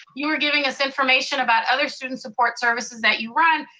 you were giving us information about other student support services that you run.